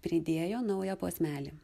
pridėjo naują posmelį